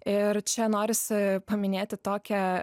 ir čia norisi paminėti tokią